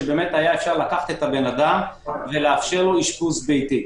שבאמת היה אפשר לקחת את האדם ולאפשר לו אשפוז ביתי.